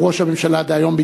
שהוא ראש הממשלה דהיום,